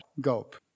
Gulp